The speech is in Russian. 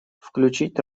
включить